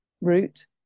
route